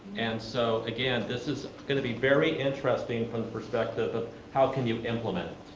and so again, this is going to be very interesting from the perspective of how can you implement